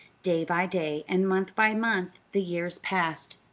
day by day and month by month the years passed.